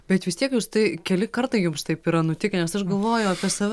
bet vis tiek jūs tai keli kartai jums taip yra nutikę nes aš galvojau apie save